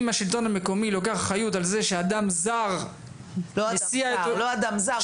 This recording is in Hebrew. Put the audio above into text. אם השלטון המקומי לוקח אחריות על זה שאדם זר --- לא אדם זר.